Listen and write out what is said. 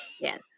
Yes